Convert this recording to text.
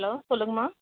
hello சொல்லுங்கம்மா